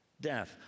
Death